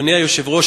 אדוני היושב-ראש,